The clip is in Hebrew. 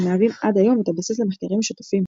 המהווים עד היום את הבסיס למחקרים משותפים.